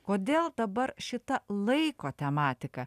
kodėl dabar šita laiko tematika